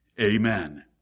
amen